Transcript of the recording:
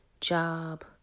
job